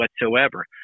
whatsoever